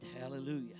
Hallelujah